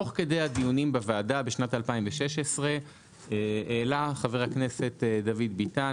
תוך כדי הדיונים בוועדה בשנת 2016 העלה חבר הכנסת דוד ביטן